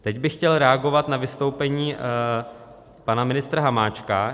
Teď bych chtěl reagovat na vystoupení pana ministra Hamáčka.